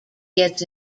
gets